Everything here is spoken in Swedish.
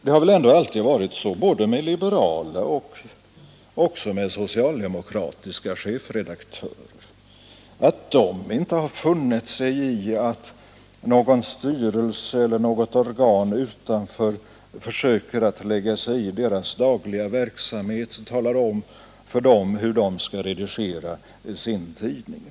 Det har väl alltid varit så både med liberala och med socialdemokratiska chefredaktörer att de inte har funnit sig i att någon styrelse eller något organ utanför försöker lägga sig i deras dagliga verksamhet och tala om för dem hur de skall redigera sin tidning.